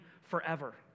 forever